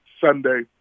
Sunday